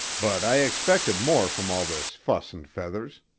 but i expected more from all this fuss and feathers.